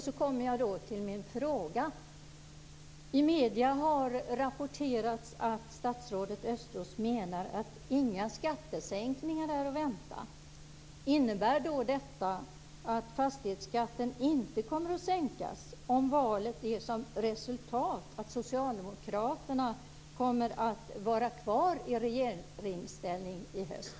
Så kommer jag då till min fråga. Det har rapporterats i medierna att statsrådet Östros menar att inga skattesänkningar är att vänta. Innebär detta att fastighetsskatten inte kommer att sänkas om valet ger som resultat att Socialdemokraterna kommer att vara kvar i regeringsställning i höst?